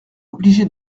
obligé